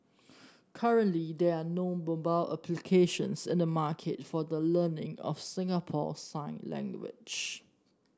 currently there are no mobile applications in the market for the learning of Singapore sign language